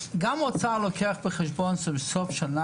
האוצר לוקח בחשבון שבסוף השנה